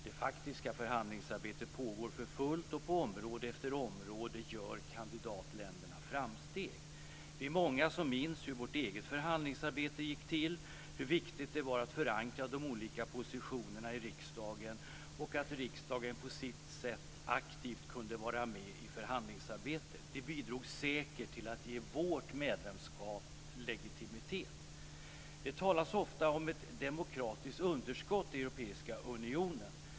Det faktiska förhandlingsarbetet pågår för fullt, och på område efter område gör kandidatländerna framsteg. Det är många som minns hur vårt eget förhandlingsarbete gick till, hur viktigt det var att förankra de olika positionerna i riksdagen och att riksdagen på sitt sätt aktivt kunde vara med i förhandlingsarbetet. Det bidrog säkert till att ge vårt medlemskap legitimitet. Det talas ofta om ett demokratiskt underskott i Europeiska unionen.